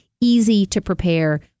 easy-to-prepare